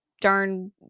darn